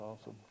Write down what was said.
awesome